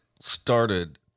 started